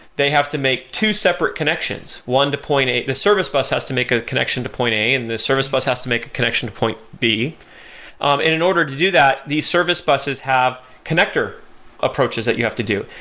they have to make two separate connections, one to point a the service bus has to make a connection to point a and the service bus has to make a connection to point b um in and order to do that, these service buses have connector approaches that you have to do.